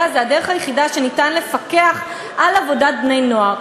הוא הדרך היחידה לפקח על עבודת בני-נוער.